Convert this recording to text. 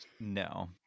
No